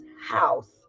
house